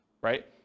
right